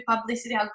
publicity